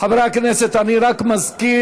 חברי הכנסת, אני רק מזכיר: